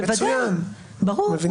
בוודאי, ברור.